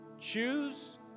Choose